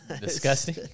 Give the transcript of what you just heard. disgusting